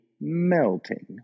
melting